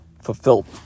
fulfilled